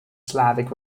slavic